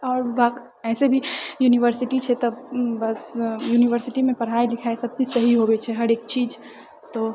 आओर ऐसे भी यूनिवर्सिटी छै तऽ बस यूनिवर्सिटीमे पढाइ लिखाइ सब चीज सही होवे छै हरेक चीज तो